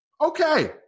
okay